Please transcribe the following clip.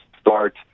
start